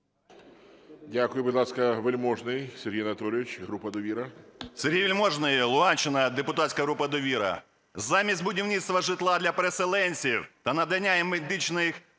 Дякую. Будь ласка, Вельможний Сергій Анатолійович, група "Довіра".